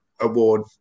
award